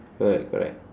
correct correct